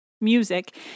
music